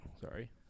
Sorry